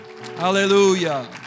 hallelujah